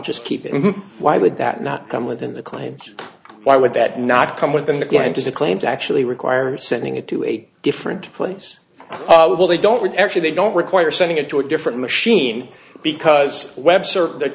just keep it why would that not come within the claims why would that not come within the going to the claims actually requires sending it to a different place they don't actually they don't require sending it to a different machine because